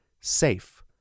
SAFE